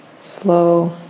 slow